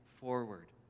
forward